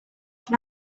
can